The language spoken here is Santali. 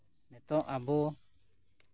ᱱᱤᱛᱳᱜ ᱟᱵᱚ